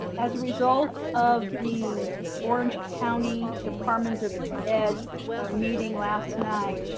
as a result of the orange county department of ed meeting last night,